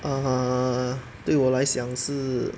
err 对我来讲是